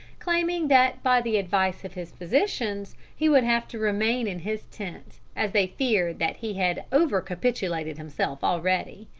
claiming that by the advice of his physicians he would have to remain in his tent, as they feared that he had over-capitulated himself already.